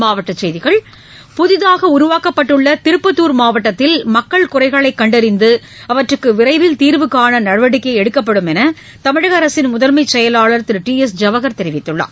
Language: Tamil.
மாவட்டச் செய்திகள் புதிதாக உருவாக்கப்பட்டுள்ள திருப்பத்தூர் மாவட்டத்தில் மக்கள் குறைகளை கண்டறிந்து அவற்றுக்கு விரைவில் தீர்வுகாண நடவடிக்கை எடுக்கப்படும் என்று தமிழக அரசின் முதன்மை செயவாளர் திரு டி எஸ் ஜவஹர் தெரிவித்துள்ளார்